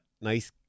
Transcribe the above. nice